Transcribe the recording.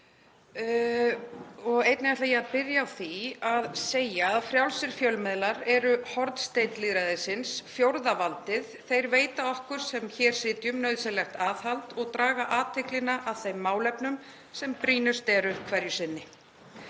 Einnig ætla ég að byrja á því að segja að frjálsir fjölmiðlar eru hornsteinn lýðræðisins, fjórða valdið. Þeir veita okkur sem hér sitjum nauðsynlegt aðhald og draga athyglina að þeim málefnum sem brýnust eru hverju sinni.